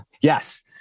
Yes